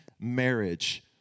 marriage